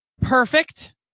Perfect